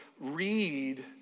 read